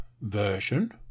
version